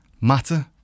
matter